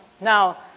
Now